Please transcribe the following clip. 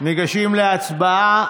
ניגשים להצבעה.